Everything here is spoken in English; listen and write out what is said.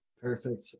Perfect